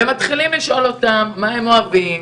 הם מתחילים לשאול אותם מה הם אוהבים